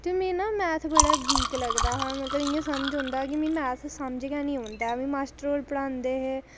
ते में ना मैथ बड़ा वीक लगदा हा ते मतलब इंया लगदा हा कि मिगी मैथ समझ निं होंदा ऐ मास्टर होर पढ़ांदे हे